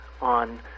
on